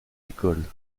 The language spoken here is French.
écoles